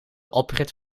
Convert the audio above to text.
oprit